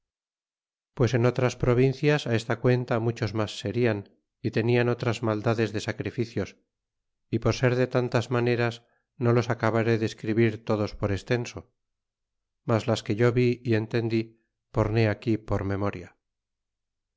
pues en otras provincias esta cuenta muchos mas serian y tenian otras maldades de sacrificios y por ser de tantas maneras no los acabaré de escribir todos por extenso mas las que yo vi y entendí porné aquí por memoria